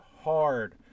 hard